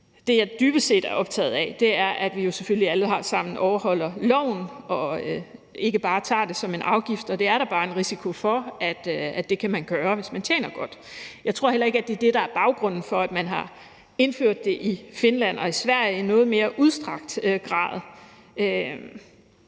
Det, jeg dybest set er optaget af, er, at vi selvfølgelig alle sammen overholder loven og ikke bare tager det som en afgift, og det er der bare en risiko for at man gør, hvis man tjener godt. Jeg tror heller ikke, at det er det, der er baggrunden for, at man har indført det i Finland og i Sverige i noget mere udstrakt grad.